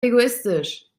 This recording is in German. egoistisch